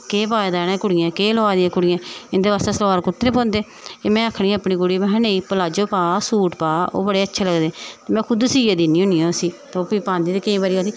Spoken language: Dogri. केह् पाए दा इनें कुड़ियें केह् लोआए दा इनें कुड़ियें इंदे बास्तै सलवार कुर्ते नी पौंदे एह् में आक्खनी आं अपनी कुड़ी गी महां नेईं प्लाजो पा सूट पा ओह् बड़े अच्छे लगदे में ते खुद सियै दिन्नी होन्नी आं उसी ते ओह् पांदी ते केईं बारी आखदी